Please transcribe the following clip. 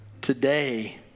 today